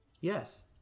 yes